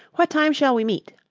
what time shall we meet?